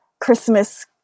Christmas